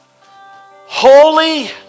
holy